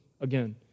again